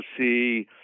see